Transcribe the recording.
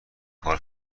کار